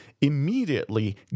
immediately